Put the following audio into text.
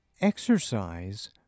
Exercise